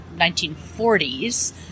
1940s